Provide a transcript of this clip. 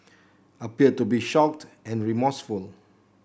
appeared to be shocked and remorseful